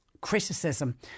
criticism